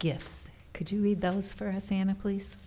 gifts could you read those for a santa please